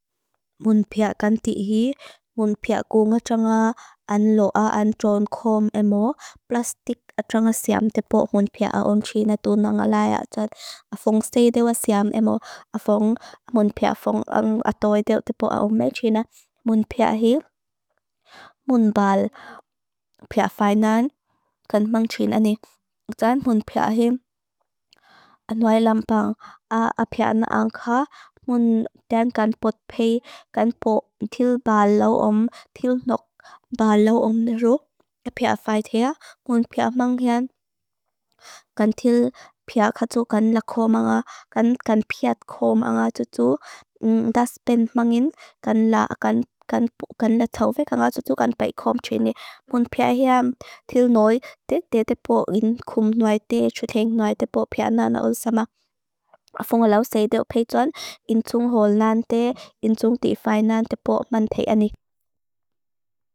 Mun pia kan tihi, mun pia gunga tranga an loa an jon kom emo, plastik a tranga siam tepo mun pia aung trina tu na nga laya atat. A fong sey dewa siam emo, a fong mun pia fong ang atoy dewa tepo aung me trina. Mun pia him mun bal. Pia fainan kan mang trina ni. Dan mun pia him a noi lampang. A pia na angka. Mun dan kan potpei. Kan po til balo om. Til nok balo om neru. A pia fai thea. Mun pia mang him. Kan til. Pia kato kan la kom anga. Kan piat kom anga. Tutu. Das ben mangin. Kan la. Kan la taufe. Kan la tutu. Kan pai kom trina. Mun pia him. Til noi. A fong a lau sey dewa pejon. In tung hol nan thea. In tung di fainan tepo man thea ni.